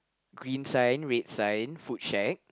green sign red sign food shack